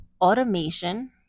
automation